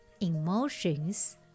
emotions